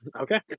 Okay